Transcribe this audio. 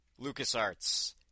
LucasArts